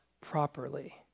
properly